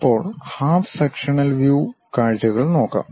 ഇപ്പോൾ half sectional view കാഴ്ചകൾ നോക്കാം